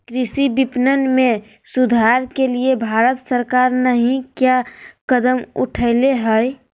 कृषि विपणन में सुधार के लिए भारत सरकार नहीं क्या कदम उठैले हैय?